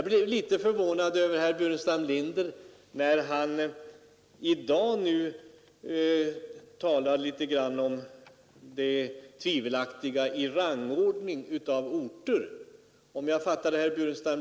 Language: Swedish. Jag blev litet förvånad när herr Burenstam Linder i dag talade om det tvivelaktiga i att ge rangordning åt orter.